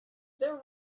there